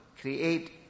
create